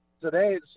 today